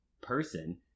person